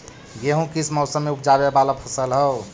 गेहूं किस मौसम में ऊपजावे वाला फसल हउ?